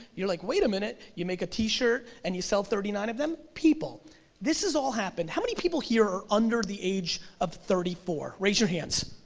you're like wait a minute, you make a t-shirt, and you sell thirty nine of them, people this is all happening, how many people here are under the age of thirty four, raise your hands.